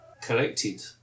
collected